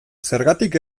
zergatik